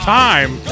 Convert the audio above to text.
time